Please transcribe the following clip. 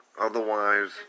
Otherwise